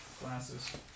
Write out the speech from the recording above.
glasses